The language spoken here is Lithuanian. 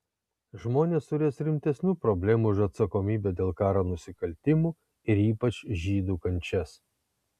žmonės turės rimtesnių problemų už atsakomybę dėl karo nusikaltimų ir ypač žydų kančias